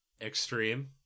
extreme